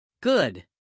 Good